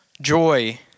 joy